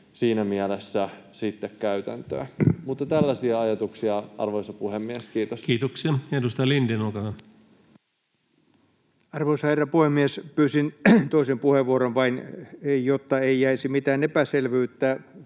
siinä mielessä sitten käytäntöön. Tällaisia ajatuksia, arvoisa puhemies. — Kiitos. Kiitoksia. — Edustaja Lindén, olkaa hyvä. Arvoisa herra puhemies! Pyysin toisen puheenvuoron vain, jotta ei jäisi mitään epäselvyyttä